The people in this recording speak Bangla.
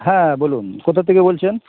হ্যাঁ বলুন কোথা থেকে বলছেন